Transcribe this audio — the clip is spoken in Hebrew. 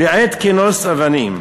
עת כנוס אבנים.